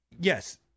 Yes